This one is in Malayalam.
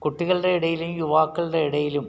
കുട്ടികളുടെ ഇടയിലും യുവാക്കളുടെ ഇടയിലും